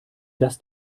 dass